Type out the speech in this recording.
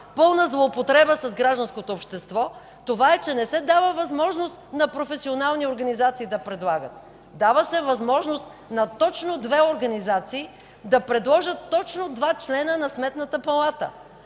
пълна злоупотреба с гражданското общество? Това е, защото не се дава възможност на професионални организации да предлагат. Дава се възможност на точно две организации да предложат точно два члена на Сметната палата.